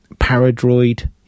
Paradroid